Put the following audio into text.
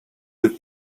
with